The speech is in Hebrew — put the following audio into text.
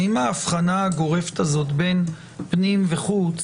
האם ההבחנה הגורפת בין פנים לחוץ